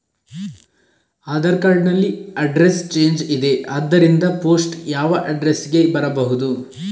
Aadhaar card ನಲ್ಲಿ address change ಇದೆ ಆದ್ದರಿಂದ ಪೋಸ್ಟ್ ಯಾವ ಅಡ್ರೆಸ್ ಗೆ ಬರಬಹುದು?